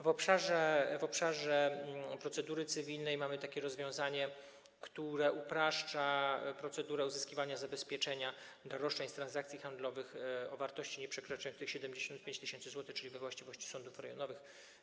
W obszarze procedury cywilnej mamy takie rozwiązanie, które upraszcza procedurę uzyskiwania zabezpieczenia roszczeń z tytułu transakcji handlowych o wartości nieprzekraczającej 75 tys. zł, czyli we właściwości sądów rejonowych.